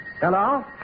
Hello